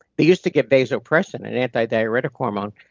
they used to give vasopressin, an antidiuretic hormone,